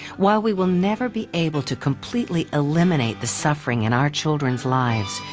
while we will never be able to completely eliminate the suffering in our children's lives,